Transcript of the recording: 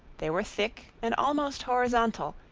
they were thick and almost horizontal,